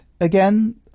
again